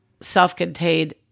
self-contained